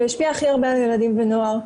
והשפיעה הכי הרבה על ילדים ונוער.